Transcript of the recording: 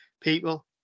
people